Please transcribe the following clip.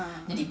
ah